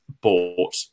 bought